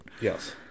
Yes